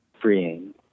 freeing